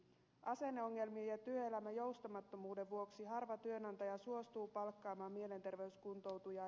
asenneongelmien ja työelämän joustamattomuuden vuoksi harva työnantaja suostuu palkkaamaan mielenterveyskuntoutujaa